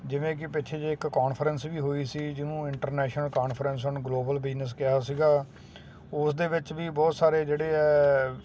ਜਿਵੇਂ ਕਿ ਪਿੱਛੇ ਜਿਹੇ ਇੱਕ ਕੋਨਫਰੈਂਸ ਵੀ ਹੋਈ ਸੀ ਜਿਹਨੂੰ ਇੰਟਰਨੈਸ਼ਨਲ ਕੋਨਫਰੈਂਸ ਨੂੰ ਗਲੋਬਲ ਬਿਜਨਸ ਕਿਹਾ ਸੀਗਾ ਉਸ ਦੇ ਵਿੱਚ ਵੀ ਬਹੁਤ ਸਾਰੇ ਜਿਹੜੇ ਹੈ